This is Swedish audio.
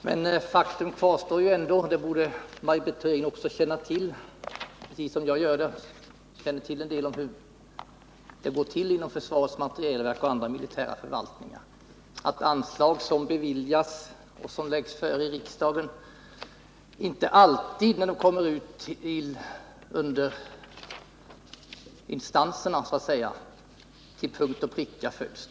Men faktum kvarstår ändå — Maj Britt Theorin torde liksom jag känna till detta, eftersom hon vet en del om hur det går till inom försvarets materielverk och andra militära förvaltningar — att direktiven för de anslag som beviljas av riksdagen inte alltid följs till punkt och pricka när anslagen så att säga behandlas vidare av olika instanser.